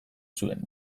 zuen